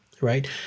right